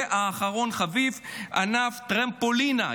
ואחרון חביב, ענף הטרמפולינה.